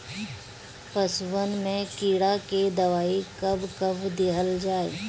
पशुअन मैं कीड़ा के दवाई कब कब दिहल जाई?